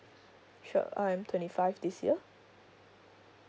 sure I'm twenty five this year